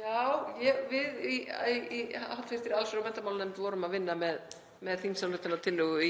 Já, við í hv. allsherjar- og menntamálanefnd vorum að vinna með þingsályktunartillögu